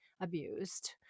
abused